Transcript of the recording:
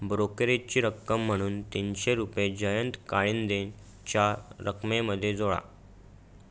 ब्रोकरेजची रक्कम म्हणून तीनशे रुपये जयंत काळींदेंच्या रकमेमध्ये जोडा